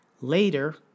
Later